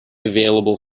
available